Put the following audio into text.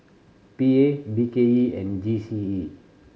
P A B K E and G C E